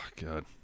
God